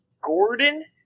Gordon